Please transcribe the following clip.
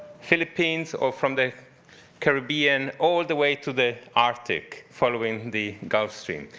philippines, or from the caribbean, all the way to the arctic, following the gulf stream.